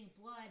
blood